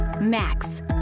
Max